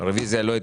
מי נמנע?